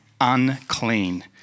unclean